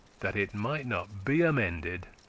that it might not be amended.